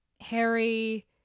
Harry